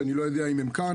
שאני לא יודע אם הם כאן.